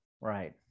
right